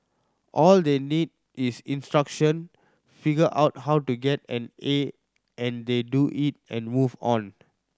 all they need is instruction figure out how to get an A and they do it and move on